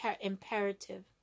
imperative